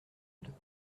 deux